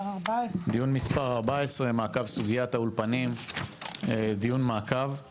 דיון מספר 14 בנושא מעקב סוגיית האולפנים ללימודי עברית לעולים.